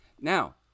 Now